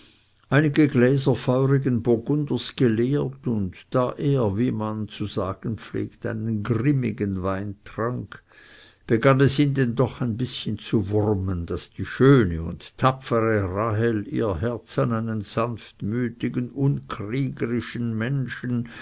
geworden einige gläser feurigen burgunders geleert und da er wie man zu sagen pflegt einen grimmigen wein trank begann es ihn denn doch ein bißchen zu wurmen daß die schöne und tapfere rahel ihr herz an einen sanftmütigen unkriegerischen menschen